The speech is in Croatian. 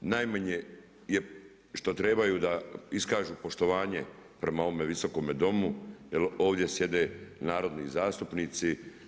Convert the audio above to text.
najmanje što trebaju je da iskažu poštovanje prema ovome Visokome domu jer ovdje sjede narodni zastupnici.